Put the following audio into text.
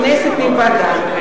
כנסת נכבדה,